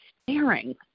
staring